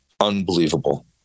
unbelievable